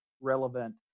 relevant